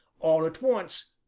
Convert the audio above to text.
all at once,